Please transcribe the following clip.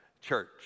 church